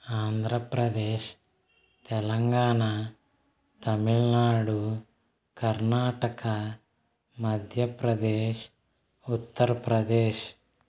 Andhra Pradesh Telangana Tamil Nadu Karnataka Madhya Pradesh Uttar Pradesh